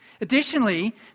Additionally